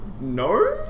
No